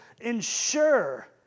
ensure